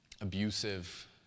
abusive